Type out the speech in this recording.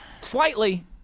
Slightly